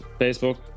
facebook